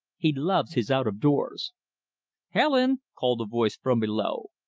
he loves his out-of-doors. helen! called a voice from below,